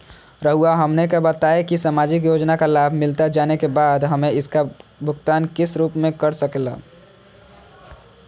रहुआ हमने का बताएं की समाजिक योजना का लाभ मिलता जाने के बाद हमें इसका भुगतान किस रूप में कर सके ला?